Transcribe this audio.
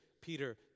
Peter